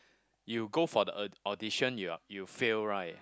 you go for the aud~ audition you are you fail right